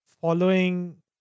following